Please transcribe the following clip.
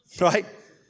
right